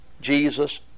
Jesus